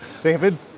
David